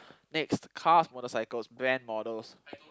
next cars motorcycles brand models